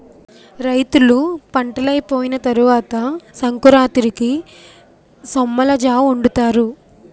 రైతులు పంటలైపోయిన తరవాత సంకురాతిరికి సొమ్మలజావొండుతారు